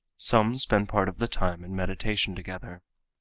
some spend part of the time in meditation together.